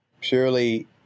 purely